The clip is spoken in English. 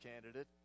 candidate